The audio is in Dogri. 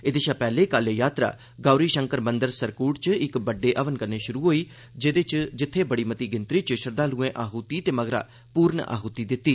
एहदे शा पैहले कल एह् यात्रा गौरी शंकर मंदर सरकूट च इक बड्डे हवन कन्नै शुरू होई जित्थे बड़ी बद्द गिनत्री च श्रद्दालुए आहूति ते मगरा पूर्ण आहूति दित्ती